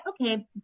Okay